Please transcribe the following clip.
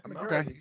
Okay